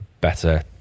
better